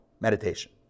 Meditation